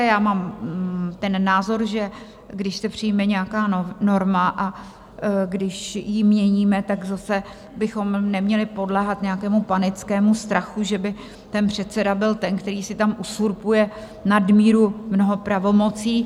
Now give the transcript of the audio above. Já mám ten názor, že když se přijme nějaká norma a když ji měníme, tak zase bychom neměli podléhat nějakému panickému strachu, že by předseda byl ten, který si tam uzurpuje nadmíru mnoho pravomocí.